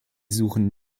suchen